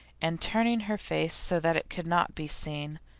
and turning her face so that it could not be seen,